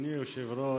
אדוני היושב-ראש,